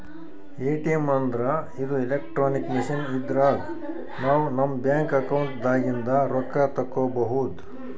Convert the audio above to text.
ATM ಅಂದ್ರ ಇದು electronic machine ಇದ್ರಾಗ್ ನಾವ್ ನಮ್ ಬ್ಯಾಂಕ್ ಅಕೌಂಟ್ ದಾಗಿಂದ್ ರೊಕ್ಕ ತಕ್ಕೋಬಹುದ್